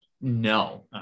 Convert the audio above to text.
No